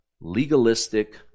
legalistic